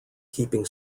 keeping